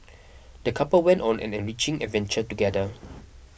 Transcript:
the couple went on an enriching adventure together